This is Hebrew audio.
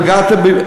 פגעתם,